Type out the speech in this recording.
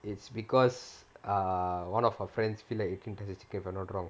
it's because err one of our friends feel like eating Texas Chicken if I'm not wrong